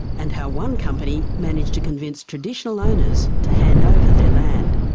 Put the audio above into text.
and how one company managed to convince traditional owners to hand over their land.